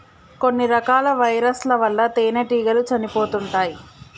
కొన్ని రకాల వైరస్ ల వల్ల తేనెటీగలు చనిపోతుంటాయ్